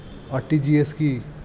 RTGS কি?